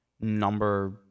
number